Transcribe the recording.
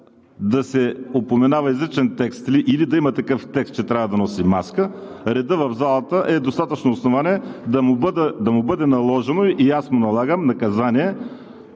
да се упоменава изричен текст или да има такъв текст, че трябва да носи маска. Редът в залата е достатъчно основание да му бъде наложено, и аз му налагам наказание